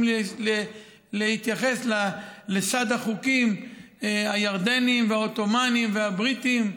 להתייחס לסד החוקים הירדניים והעות'מאניים והבריטיים,